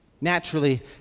naturally